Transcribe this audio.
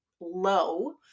low